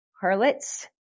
Harlots